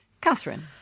Catherine